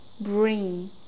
Bring